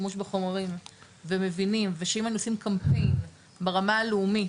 השימוש בחומרים ומבינים ושאם היינו עושים קמפיין ברמה הלאומית